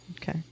Okay